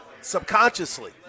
subconsciously